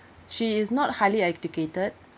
she is not highly educated